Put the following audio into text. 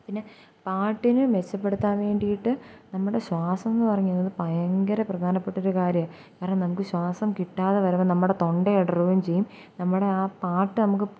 പിന്നെ പാട്ടിനെ മെച്ചപ്പെടുത്താൻ വേണ്ടിയിട്ടു നമ്മുടെ ശ്വാസമെന്നു പറഞ്ഞാൽ ഭയങ്കര പ്രധാനപ്പെട്ടൊരു കാര്യം കാരണം നമുക്ക് ശ്വാസം കിട്ടാതെ വരുമ്പം നമ്മുടെ തൊണ്ട ഇടരുകയും ചെയ്യും നമ്മുടെ ആ പാട്ട് നമുക്ക്